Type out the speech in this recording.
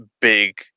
big